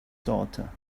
daughter